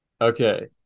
okay